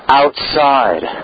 outside